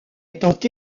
étant